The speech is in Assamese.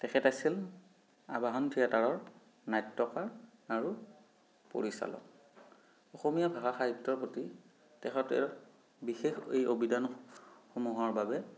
তেখেত আছিল আবাহন থিয়েটাৰৰ নাট্যকাৰ আৰু পৰিচালক অসমীয়া ভাষা সাহিত্যৰ প্ৰতি তেখেতৰ বিশেষ এই অৱদান সমূহৰ বাবে